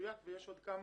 יש עוד כמה